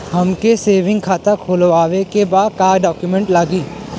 हमके सेविंग खाता खोलवावे के बा का डॉक्यूमेंट लागी?